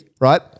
right